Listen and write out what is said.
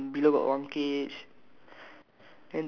written blue then below got one cage